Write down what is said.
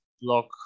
block